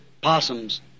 possums